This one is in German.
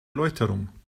erläuterung